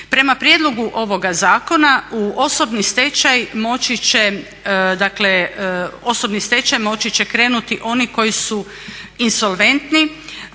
Prema prijedlogu ovoga zakona u osobni stečaj moći će krenuti oni koji su insolventni